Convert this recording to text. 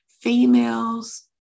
females